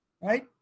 Right